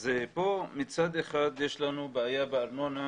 כאן מצד אחד יש לנו בעיה בארנונה